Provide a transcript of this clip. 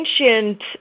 ancient